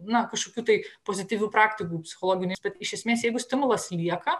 na kažkokių tai pozityvių praktikų psichologinis bet iš esmės jeigu stimulas lieka